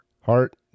heart